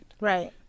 Right